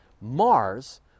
Mars